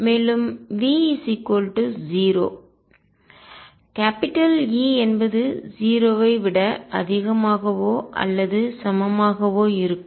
மேலும் V 0 E என்பது 0 ஐ விட அதிகமாகவோ அல்லது சமமாகவோ இருக்கும்